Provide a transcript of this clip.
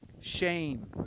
shame